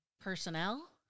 personnel